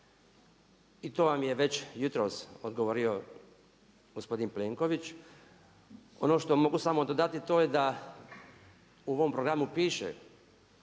I to vam je već jutros odgovorio gospodin Plenković. Ono što mogu samo dodati to je da u ovom programu piše